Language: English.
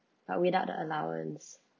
but without the allowance